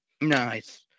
Nice